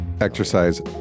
exercise